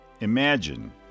Imagine